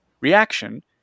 reaction